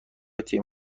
تیم